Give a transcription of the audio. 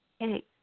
Okay